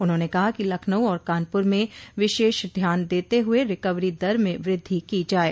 उन्होंने कहा कि लखनऊ और कानपुर में विशेष ध्यान देते हुए रिकवरी दर में वृद्धि की जाये